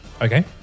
Okay